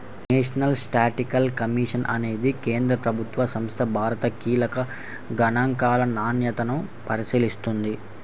national Statistical Commission అనే కేంద్ర ప్రభుత్వ సంస్థ భారత కీలక గణాంకాల నాణ్యతను పరిశీలిస్తుంది